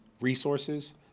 resources